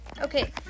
Okay